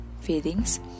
feelings